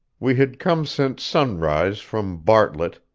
we had come since sunrise from bartlett,